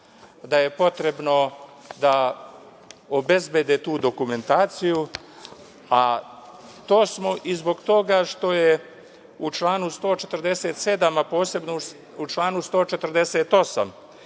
da je potrebno da obezbede tu dokumentaciju, a to smo i zbog toga što je u članu 147, a posebno u članu 148,